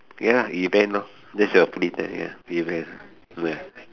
ya event lor that's your free time ya event ya